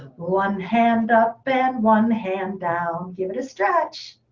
one hand up, and one hand down. give it a stretch.